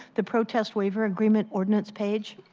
the protest waiver agreement ordinance page,